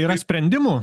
yra sprendimų